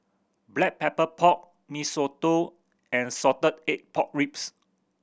Black Pepper Pork Mee Soto and salted egg pork ribs